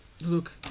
look